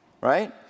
right